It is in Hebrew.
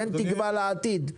תן תקווה לעתיד,